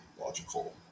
logical